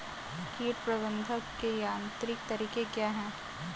कीट प्रबंधक के यांत्रिक तरीके क्या हैं?